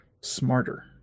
smarter